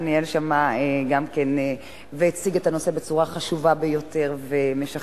שניהל שם והציג את הנושא בצורה חשובה ביותר ומשכנעת,